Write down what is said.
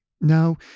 Now